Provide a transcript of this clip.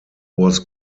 was